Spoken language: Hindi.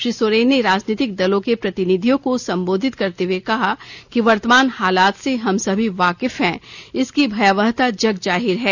श्री सोरेन ने राजनीतिक दलों के प्रतिनिधियों को संबोधित करते हुए कहा कि वर्तमान हालात से हम सभी वाकिफ हैं इसकी भयावहता जग जाहिर है